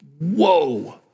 Whoa